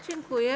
Dziękuję.